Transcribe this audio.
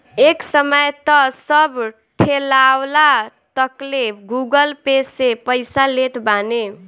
एक समय तअ सब ठेलावाला तकले गूगल पे से पईसा लेत बाने